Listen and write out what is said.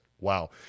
wow